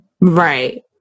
Right